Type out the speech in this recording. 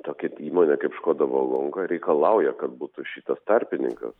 tokia įmonė kaip škoda vagonka reikalauja kad būtų šitas tarpininkas